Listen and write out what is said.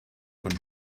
und